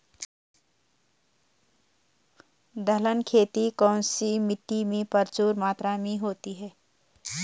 दलहन की खेती कौन सी मिट्टी में प्रचुर मात्रा में होती है?